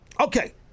Okay